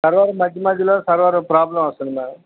server మధ్య మధ్యలో server problem వస్తుంది మేడం